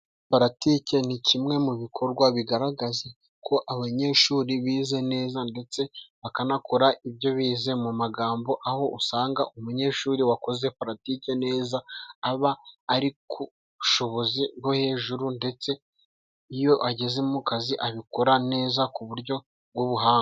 Puratike ni kimwe mu bikorwa bigaragaza ko abanyeshuri bize neza ndetse bakanakora ibyo bize mu magambo aho usanga umunyeshuri wakoze puratiki neza aba ari ku bushobozi bwo hejuru ndetse iyo ageze mu kazi abikora neza ku buryo bw'ubuhanga.